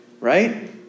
right